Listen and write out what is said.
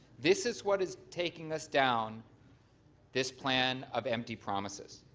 this is what is taking us down this plan of empty promises.